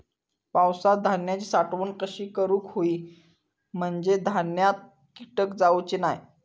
पावसात धान्यांची साठवण कशी करूक होई म्हंजे धान्यात कीटक जाउचे नाय?